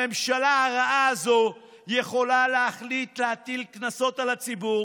הממשלה הרעה הזו יכולה להחליט להטיל קנסות על הציבור,